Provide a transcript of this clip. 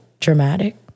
Dramatic